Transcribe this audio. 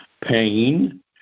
pain